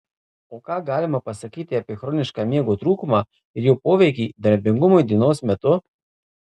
o ką galima pasakyti apie chronišką miego trūkumą ir jo poveikį darbingumui dienos metu